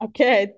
Okay